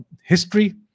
history